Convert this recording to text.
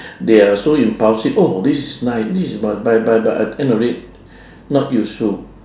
they are so impulsive oh this is nice this is buy buy buy end of day not useful